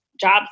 jobs